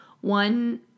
one